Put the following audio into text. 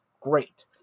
great